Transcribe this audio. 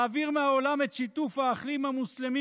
להעביר מהעולם את שיתוף האחים המוסלמים